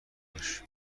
باش